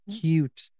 cute